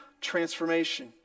transformation